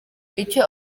icyo